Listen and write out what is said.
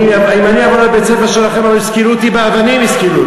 אם אני אבוא לבית-הספר שלכם, יסקלו אותי באבנים.